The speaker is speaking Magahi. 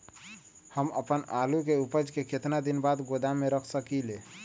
हम अपन आलू के ऊपज के केतना दिन बाद गोदाम में रख सकींले?